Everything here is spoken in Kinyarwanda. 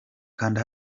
kanda